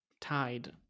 Tide